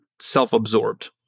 self-absorbed